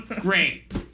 Great